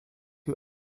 who